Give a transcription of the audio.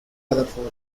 rutherford